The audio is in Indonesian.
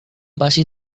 pasti